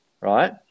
right